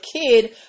kid